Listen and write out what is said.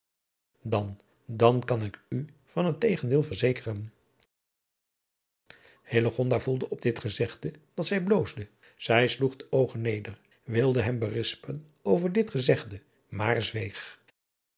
dan dan kan ik u van het tegendeel adriaan loosjes pzn het leven van hillegonda buisman verzeken hillegonda voelde on dit gezegde dat zij bloosde zij sloeg de oogen neder wilde hem berispen over dit gezegde maar zweeg